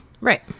Right